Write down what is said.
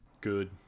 Good